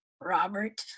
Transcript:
Robert